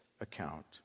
account